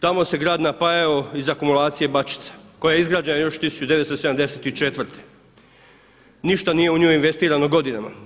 Tamo se grad napajao iz akumulacije Bačvica koja je izgrađena još 1974. ništa nije u nju investirano godinama.